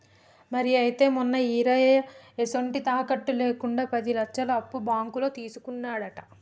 మరి అయితే మొన్న ఈరయ్య ఎసొంటి తాకట్టు లేకుండా పది లచ్చలు అప్పు బాంకులో తీసుకున్నాడట